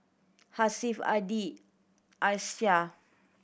Hasif Adi Aishah